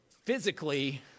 physically